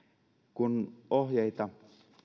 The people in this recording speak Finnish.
kun ohjeita